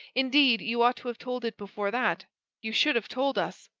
indeed, you ought to have told it before that you should have told us.